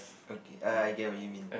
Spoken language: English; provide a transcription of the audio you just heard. okay I get what you meant